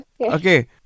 Okay